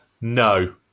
No